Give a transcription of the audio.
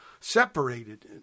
separated